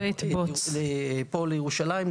לירושלים,